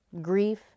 grief